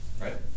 right